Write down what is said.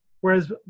whereas